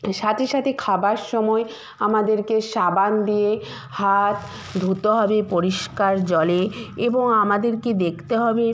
সাথে সাথে খাবার সময় আমাদেরকে সাবান দিয়ে হাত ধুতে হবে পরিষ্কার জলে এবং আমাদেরকে দেখতে হবে